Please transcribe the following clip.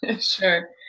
sure